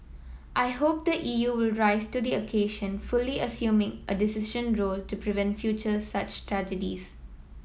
I hope the E U will rise to the occasion fully assuming a decisive role to prevent future such tragedies